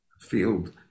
field